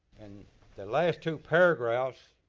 and the last two paragraphs,